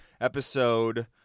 episode